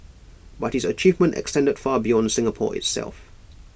but his achievement extended far beyond Singapore itself